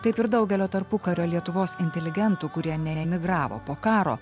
kaip ir daugelio tarpukario lietuvos inteligentų kurie neemigravo po karo